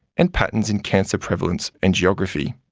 and patterns in cancer prevalence and geography.